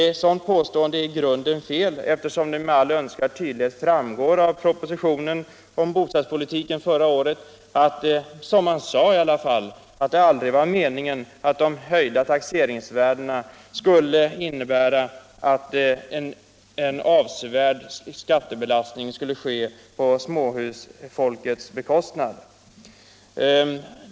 Ett sådant påstående är i grunden fel, eftersom det med all önskvärd tydlighet framgår av propositionen om bostadspolitiken att det inte var meningen att de höjda taxeringsvärdena skulle innebära en avsevärd skattebelastning på småhusfolket.